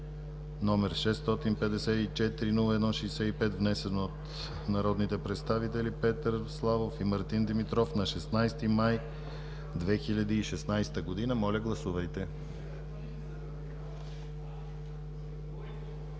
№ 654-01-65, внесен от народните представители Петър Славов и Мартин Димитров на 16 май 2016 г. Моля, гласувайте.